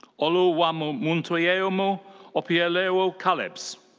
oluwamountoyemi opeoluwa-calebs.